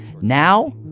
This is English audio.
Now